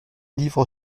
livre